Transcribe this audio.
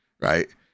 right